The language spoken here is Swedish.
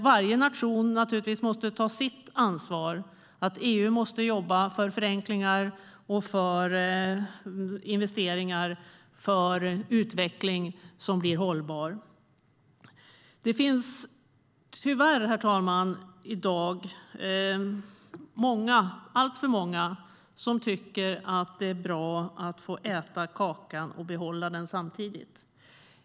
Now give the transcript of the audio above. Varje nation måste ta sitt ansvar, och EU måste jobba för förenklingar och investeringar för utveckling som blir hållbar. Det finns i dag tyvärr alltför många som tycker att det är bra att få äta kakan och samtidigt behålla den.